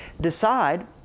Decide